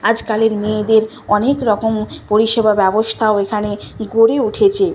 আজকালের মেয়েদের অনেক রকম পরিষেবা ব্যবস্থা ওইখানে গড়ে উঠেছে